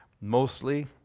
Mostly